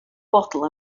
bottle